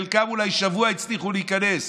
חלקם אולי שבוע הצליחו להיכנס.